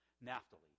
Naphtali